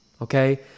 okay